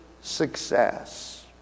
success